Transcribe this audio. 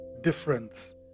difference